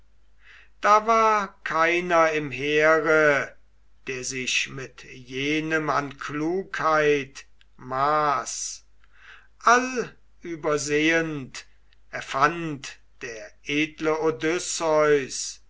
da war keiner im heere der sich mit jenem an klugheit maß allübersehend erfand der edle